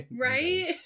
Right